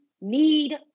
need